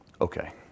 Okay